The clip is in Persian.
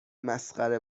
مسخره